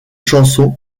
chansons